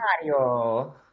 Mario